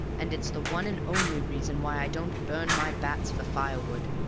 and it's the one and only reason why i don't burn my bats for firewood.